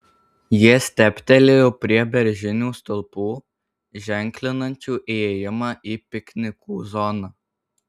jie stabtelėjo prie beržinių stulpų ženklinančių įėjimą į piknikų zoną